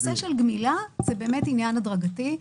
גמילה זה באמת עניין הדרגתי.